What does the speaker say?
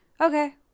Okay